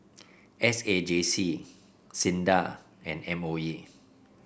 S A J C SINDA and M O E